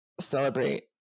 celebrate